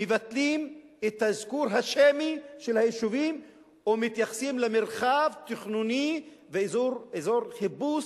מבטלים את האזכור השמי של היישובים ומתייחסים למרחב תכנוני ואזור חיפוש.